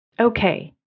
okay